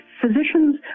physicians